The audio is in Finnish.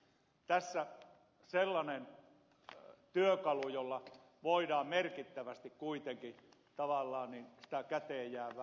tässä on sellainen työkalu jolla voidaan merkittävästi kuitenkin tavallaan sitä käteenjäävää tuloa kasvattaa